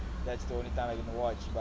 that's the only time I can watch but